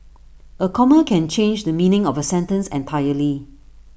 A comma can change the meaning of A sentence entirely